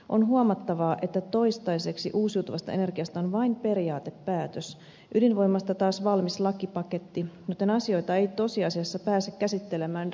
on huomattavaa että toistaiseksi uusiutuvasta energiasta on vain periaatepäätös ydinvoimasta taas valmis lakipaketti joten asioita ei tosiasiassa pääse käsittelemään rinnakkain